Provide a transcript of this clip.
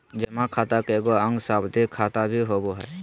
जमा खाता के एगो अंग सावधि खाता भी होबो हइ